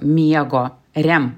miego rem